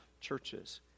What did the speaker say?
churches